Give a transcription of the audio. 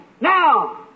Now